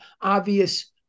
obvious